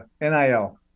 NIL